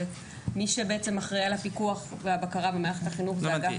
ומי שאחראי על הפיקוח והבקרה במערכת החינוך --- לא הבנתי,